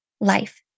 life